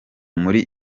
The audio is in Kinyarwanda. muri